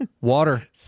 water